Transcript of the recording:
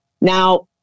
Now